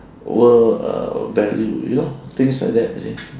world uh value you know things like that you see